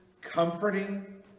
comforting